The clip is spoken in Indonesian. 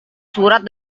surat